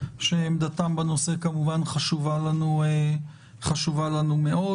שעמדתם בנושא חשובה לנו מאוד כמובן,